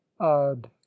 odd